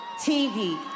TV